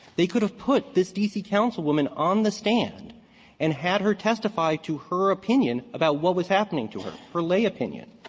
they could have put this d c. councilwoman on the stand and had her testify to her opinion about what was happening to her. her lay opinion.